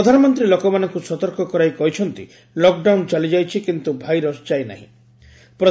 ପ୍ରଧାନମନ୍ତ୍ରୀ ଲୋକମାନଙ୍କୁ ସତର୍କ କରାଇ କହିଛନ୍ତି 'ଲକ୍ଡାଉନ୍ ଚାଲିଯାଇଛି କିନ୍ତୁ ଭାଇରସ ଯାଇନାହିଁ'